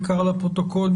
בעיקר לפרוטוקול,